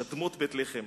שדמות בית-לחם,